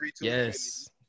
yes